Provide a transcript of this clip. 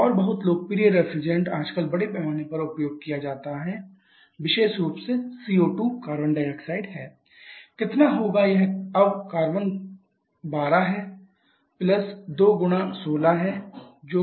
एक और बहुत लोकप्रिय रेफ्रिजरेट आजकल बड़े पैमाने पर अनुप्रयोग किया जा रहा है विशेष रूप से CO2 है कितना होगा यह अब कार्बन 12 है 2 गुणा 16 है जो कि 44 है